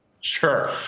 Sure